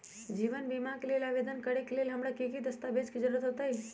जीवन बीमा के लेल आवेदन करे लेल हमरा की की दस्तावेज के जरूरत होतई?